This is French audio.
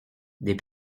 des